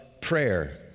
prayer